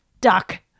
duck